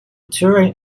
touring